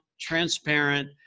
transparent